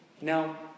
Now